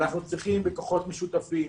אנחנו צריכים בכוחות משותפים,